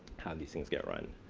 how these things get run.